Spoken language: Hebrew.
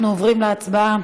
אנחנו עוברים להצבעה